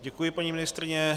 Děkuji, paní ministryně.